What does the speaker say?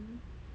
mm